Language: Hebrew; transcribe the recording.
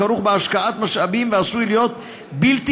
הכרוך בהשקעת משאבים ועשוי להיות בלתי